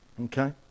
Okay